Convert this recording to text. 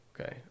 okay